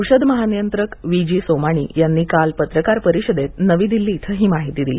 औषध महानियंत्रक V G Somani यांनी काल पत्रकार परिषदेत नवी दिल्ली इथं ही माहिती दिली